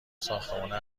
ساختمونه